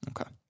Okay